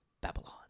Babylon